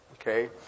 Okay